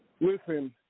Listen –